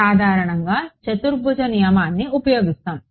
సాధారణంగా చతుర్భుజ నియమాన్ని ఉపయోగిస్తాము